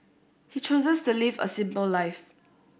he chooses to live a simple life